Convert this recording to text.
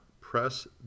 Press